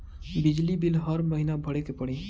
बिजली बिल हर महीना भरे के पड़ी?